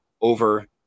over